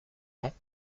ans